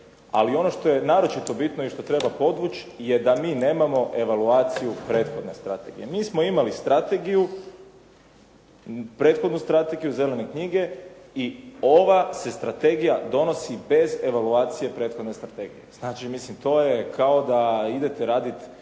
Ali ono što je naročito bitno i što treba podvući, je da mi nemamo evaluaciju prethodne strategije. Mi smo imali strategiju, prethodnu strategiju Zelene knjige i ova se strategije donosi bez evaluacije prethodne strategije. Znači, mislim to je da kao idete raditi